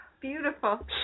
beautiful